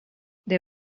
they